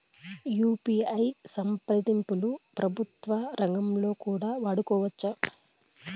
UPI సంప్రదింపులు ప్రభుత్వ రంగంలో కూడా వాడుకోవచ్చా?